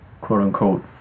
quote-unquote